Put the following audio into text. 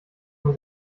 man